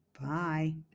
Bye